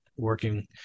working